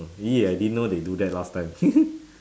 !ee! I didn't know they do that last time